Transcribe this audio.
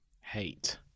hate